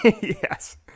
Yes